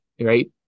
right